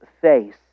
face